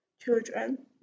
children